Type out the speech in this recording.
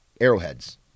arrowheads